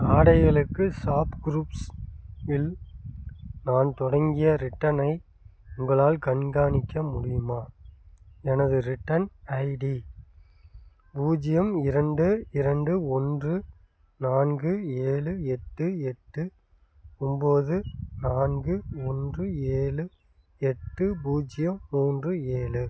ஆடைகளுக்கு ஷாப்குரூப்ஸ் இல் நான் தொடங்கிய ரிட்டர்னை உங்களால் கண்காணிக்க முடியுமா எனது ரிட்டர்ன் ஐடி பூஜ்ஜியம் இரண்டு இரண்டு ஒன்று நான்கு ஏழு எட்டு எட்டு ஒம்பது நான்கு ஒன்று ஏழு எட்டு பூஜ்ஜியம் மூன்று ஏழு